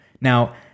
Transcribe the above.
Now